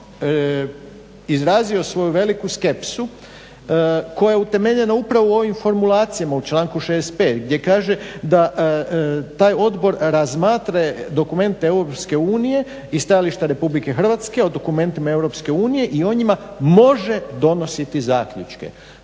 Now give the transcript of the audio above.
Vlade izrazio svoju veliku skepsu koja je utemeljena upravo u ovim formulacijama u članku 65. gdje kaže da taj odbor razmatra dokumente Europske unije i stajališta Republike Hrvatske o dokumentima Europske unije i o njima može donositi zaključke.